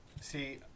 See